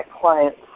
clients